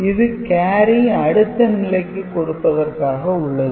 இது கேரி அடுத்த நிலைக்கு கொடுப்பதற்காக உள்ளது